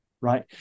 Right